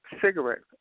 cigarettes